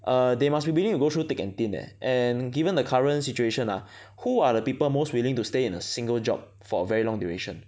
err they must be willing to go through thick and thin eh and given the current situation ah who are the people most willing to stay in a single job for a very long duration